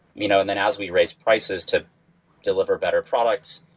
you know and then as we raised prices to deliver better products,